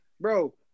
Bro